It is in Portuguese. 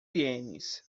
ienes